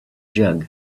jug